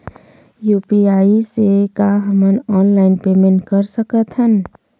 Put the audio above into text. UPI से का हमन ऑनलाइन पेमेंट कर सकत हन?